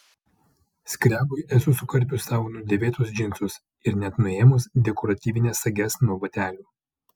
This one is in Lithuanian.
skrebui esu sukarpius savo nudėvėtus džinsus ir net nuėmus dekoratyvines sages nuo batelių